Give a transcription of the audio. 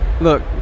Look